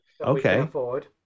Okay